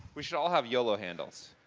we should all have yolo handles.